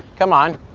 come on.